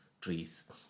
trees